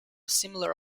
similar